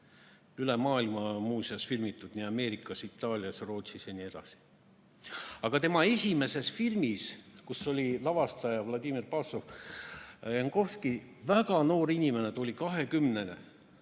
Üle maailma kuulus muuseas, filmitud ka Ameerikas, Itaalias, Rootsis ja nii edasi. Aga tema esimeses filmis oli lavastaja Vladimir Bassov. Jankovski oli väga noor inimene, kahekümnene,